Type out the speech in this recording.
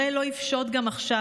הראל לא יפשוט גם עכשיו.